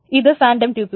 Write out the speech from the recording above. ഇത് phantom tuple